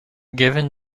given